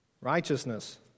Righteousness